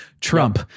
Trump